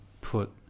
put